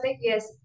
Yes